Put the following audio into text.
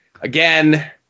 Again